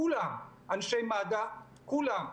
אנשי מד"א כולם.